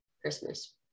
Christmas